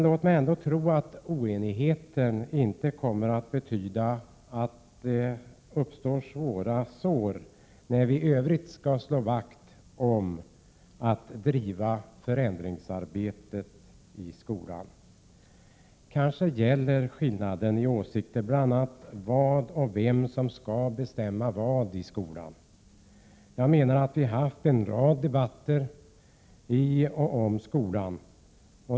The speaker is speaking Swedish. Låt mig ändå tro att oenigheten inte kommer att betyda att det kommer att uppstå svåra sår när vi i övrigt kan driva förändringsarbete i skolan. Kanske gäller skillnaden i åsikter bl.a. vad och vem som skall bestämma vad i skolan. Vi har haft en rad debatter i och om skolan.